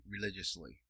religiously